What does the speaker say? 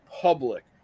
public